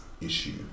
issue